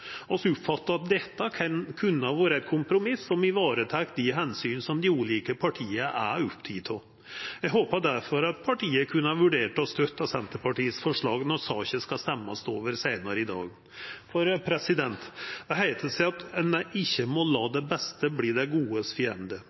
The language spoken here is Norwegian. oppfattar at dette kunne vore eit kompromiss som varetek dei omsyna som dei ulike partia er opptekne av. Eg håpar difor at partia kan vurdera å støtta Senterpartiets forslag når saka skal stemmast over seinare i dag. Det heiter seg at ein ikkje må lata det beste verta det godes fiende.